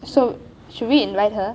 so should we invite her